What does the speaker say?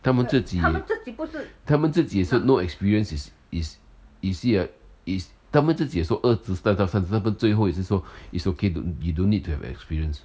他们自己他们自己也是 no experience is is you see uh is 他们自己也说二十到三十 but 他们最后也是说 it's okay don~ you don't need to have experience